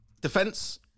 defense